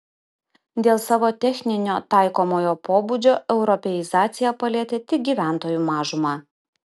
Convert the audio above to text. dėl savo techninio taikomojo pobūdžio europeizacija palietė tik gyventojų mažumą